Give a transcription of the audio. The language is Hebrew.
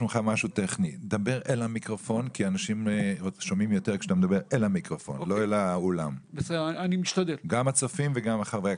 בעקבות הרפורמה חלו שינויים שהגדילו במספר ניכר גם את התביעות